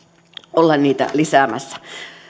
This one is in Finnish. olla niitä lisäämässä